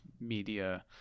media